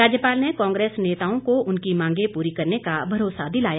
राज्यपाल ने कांग्रेस नेताओं को उनकी मांगे पूरी करने का भरोसा दिलाया